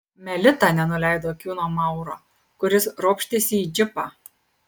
melita nenuleido akių nuo mauro kuris ropštėsi į džipą